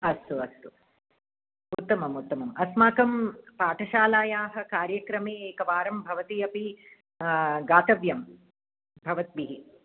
अस्तु अस्तु उत्तमम् उत्तमम् अस्माकं पाठशालायाः कार्यक्रमे एकवारं भवति अपि गातव्यं भवद्भिः